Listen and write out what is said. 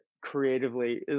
creatively